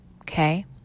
Okay